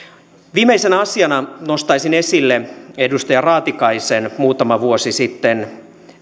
viimeisenä asiana nostaisin esille edustaja raatikaisen muutama vuosi sitten